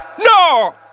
No